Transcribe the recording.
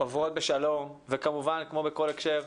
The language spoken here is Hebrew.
עוברות בשלום וכמובן כמו בכל הקשר,